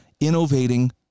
innovating